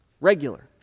Regular